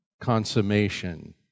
consummation